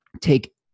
take